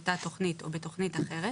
באותה תכנית או בתכנית אחרת,